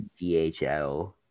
DHL